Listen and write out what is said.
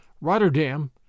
Rotterdam